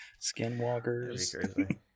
Skinwalkers